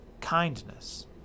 kindness